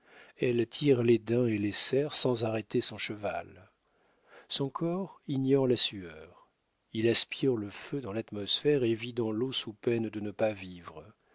elle tire les daims et les cerfs sans arrêter son cheval son corps ignore la sueur il aspire le feu dans l'atmosphère et vit dans l'eau sous peine de ne pas vivre